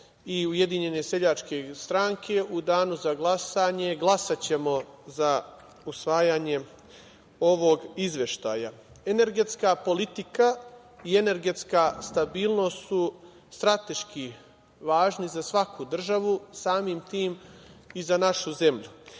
i Ujedinjene seljačke stranke u danu za glasanje glasaćemo za usvajanje ovog izveštaja. Energetska politika i energetska stabilnost su strateški važni za svaku državu, samim tim i za našu zemlju.